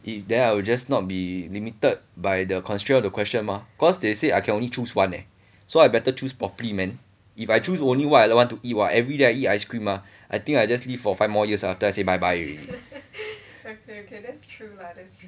if then I will just not be limited by the constraint of the question mah cause they say I can only choose one leh so I better choose properly man if I choose only what you I want to eat everyday I eat ice cream ah I think I just live for five more years after I say bye bye already